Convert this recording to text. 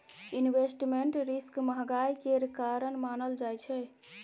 investment risk महंगाई केर कारण मानल जाइ छै